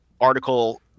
article